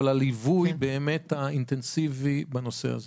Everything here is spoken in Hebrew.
אבל על הליווי הבאמת אינטנסיבי בנושא הזה.